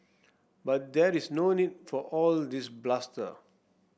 but there is no need for all this bluster